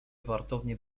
wartowni